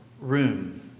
room